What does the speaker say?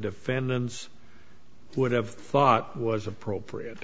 defendants would have thought was appropriate